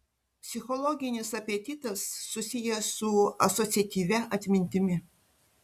psichologinis apetitas susijęs su asociatyvia atmintimi